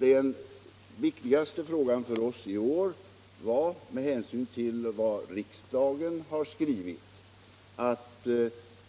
Vår viktiga uppgift i år var att med hänsyn till vad riksdagen skrivit